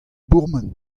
bourmen